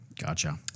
gotcha